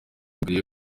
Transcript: mbere